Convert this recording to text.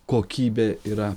kokybė yra